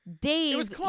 Dave